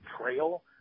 trail